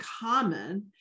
common